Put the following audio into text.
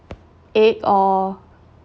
egg or